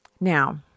Now